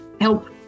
help